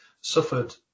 suffered